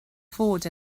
fod